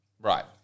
Right